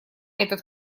этот